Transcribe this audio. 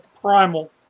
Primal